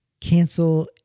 cancel